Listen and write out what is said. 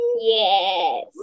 Yes